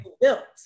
built